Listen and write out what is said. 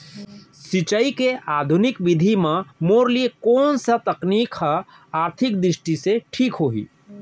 सिंचाई के आधुनिक विधि म मोर लिए कोन स तकनीक आर्थिक दृष्टि से ठीक होही?